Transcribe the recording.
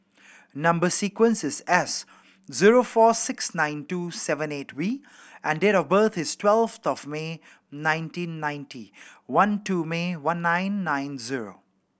number sequence is S zero four six nine two seven eight V and date of birth is twelfth of May nineteen ninety one two May one nine nine zero